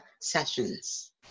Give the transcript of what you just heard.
sessions